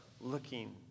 looking